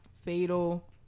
Fatal